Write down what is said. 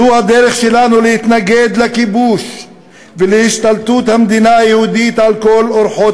זו הדרך שלנו להתנגד לכיבוש ולהשתלטות המדינה היהודית על כל אורחות